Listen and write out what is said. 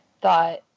thought